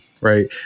right